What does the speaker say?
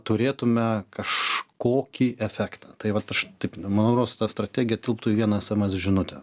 turėtume kažkokį efektą tai vat aš taip nu man rods ta strategija tilptų į vieną sms žinutę